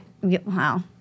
Wow